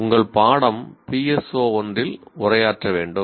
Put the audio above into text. உங்கள் பாடம் PSO ஒன்றில் உரையாற்ற வேண்டும்